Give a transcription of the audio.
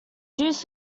jews